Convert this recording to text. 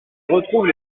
retrouve